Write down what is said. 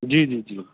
ਜੀ ਜੀ ਜੀ